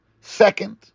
second